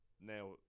now